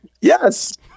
Yes